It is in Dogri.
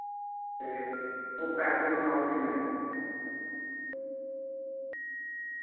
ते तुस पैसे सनाओ किन्ने